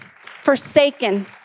forsaken